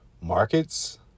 markets